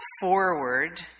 forward